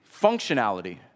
functionality